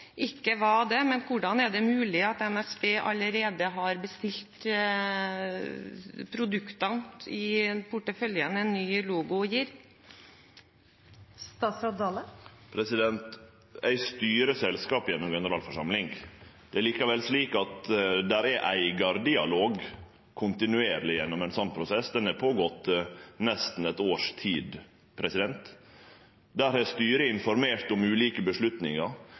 det mulig at NSB allerede har bestilt produktene til en ny logo i porteføljen? Eg styrer selskapet gjennom generalforsamlinga. Det er likevel slik at det er eigardialog kontinuerleg gjennom ein slik prosess. Han har gått føre seg i nesten eitt års tid. Der har styret informert om ulike